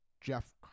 Jeff